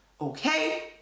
okay